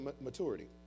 maturity